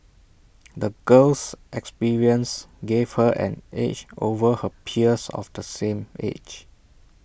the girl's experiences gave her an edge over her peers of the same age